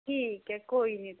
ठीक ऐ कोई निं तां ठीक